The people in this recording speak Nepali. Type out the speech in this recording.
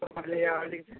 त मैले यहाँ अलिक